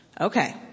Okay